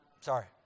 sorry